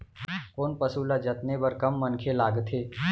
कोन पसु ल जतने बर कम मनखे लागथे?